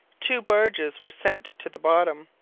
two barges were sent to the bottom.